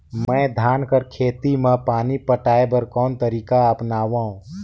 मैं धान कर खेती म पानी पटाय बर कोन तरीका अपनावो?